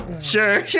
Sure